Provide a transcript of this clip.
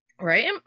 Right